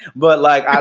but like i